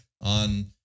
on